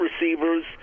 receivers